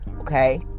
Okay